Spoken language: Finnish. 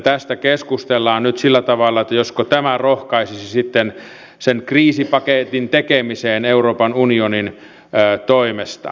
tästä keskustellaan nyt sillä tavalla että josko tämä rohkaisisi sitten sen kriisipaketin tekemiseen euroopan unionin toimesta